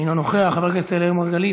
אינו נוכח, חבר הכנסת אראל מרגלית,